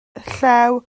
llew